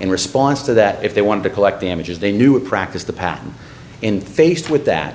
in response to that if they wanted to collect damages they knew a practice the patent and faced with that